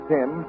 Tim